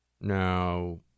Now